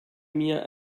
mir